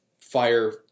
fire